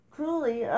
Truly